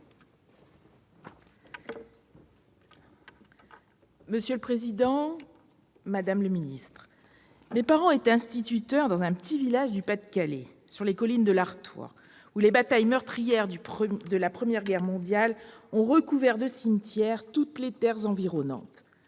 Monsieur le président, madame le secrétaire d'État, chers collègues, mes parents étaient instituteurs dans un petit village du Pas-de-Calais, sur ces collines de l'Artois où les batailles meurtrières de la Première Guerre mondiale ont couvert de cimetières toutes les terres environnantes.